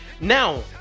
Now